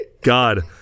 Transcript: god